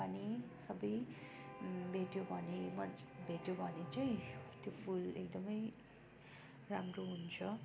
सबै भेट्यो भने मल जल भेट्यो भने चाहिँ त्यो फुल एकदम राम्रो हुन्छ